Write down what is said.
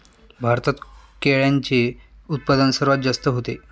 भारतात केळ्यांचे उत्पादन सर्वात जास्त होते